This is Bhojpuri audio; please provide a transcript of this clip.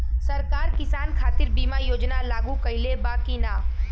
सरकार किसान खातिर बीमा योजना लागू कईले बा की ना?